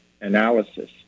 analysis